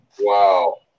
Wow